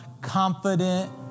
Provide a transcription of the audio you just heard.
confident